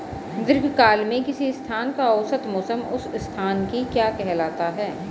दीर्घकाल में किसी स्थान का औसत मौसम उस स्थान की क्या कहलाता है?